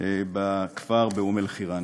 בכפר אום-אלחיראן.